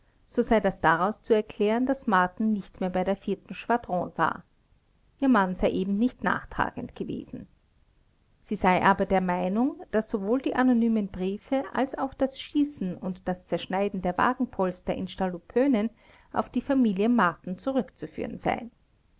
so sei das daraus zu erklären daß marten nicht mehr bei der schwadron war ihr mann sei eben nicht nachtragend gewesen sie sei aber der meinung daß sowohl die anonymen briefe als auch das schießen und das zerschneiden der wagenpolster in stallupönen auf die familie marten zurückzuführen seien